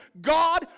God